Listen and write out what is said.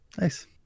Nice